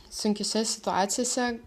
sunkiose situacijose